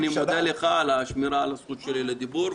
אני מודה לך על השמירה על זכות הדיבור שלי.